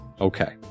Okay